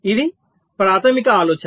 ఇది ప్రాథమిక ఆలోచన